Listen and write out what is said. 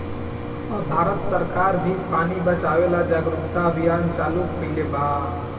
अब सरकार भी पानी बचावे ला जागरूकता अभियान चालू कईले बा